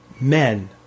men